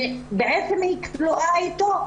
ובעצם היא כלואה אתו.